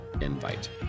invite